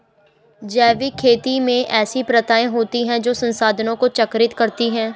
जैविक खेती में ऐसी प्रथाएँ होती हैं जो संसाधनों को चक्रित करती हैं